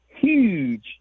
huge